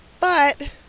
But